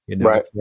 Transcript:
Right